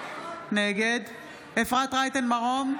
נגד אפרת רייטן מרום,